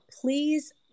please